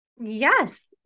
Yes